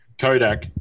Kodak